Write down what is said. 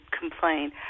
complain